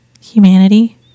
Humanity